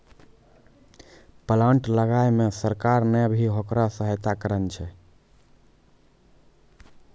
plant लगाय मॅ सरकार नॅ भी होकरा सहायता करनॅ छै